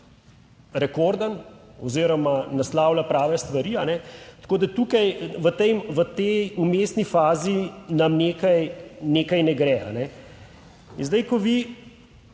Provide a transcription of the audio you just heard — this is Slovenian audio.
rekorden oziroma naslavlja prave stvari, tako da tukaj v tem, v tej vmesni fazi nam nekaj, nekaj